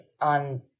on